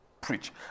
preach